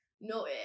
no